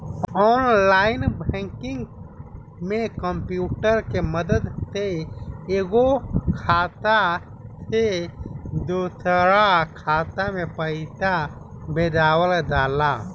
online banking में computer के मदद से एगो खाता से दोसरा खाता में पइसा भेजाला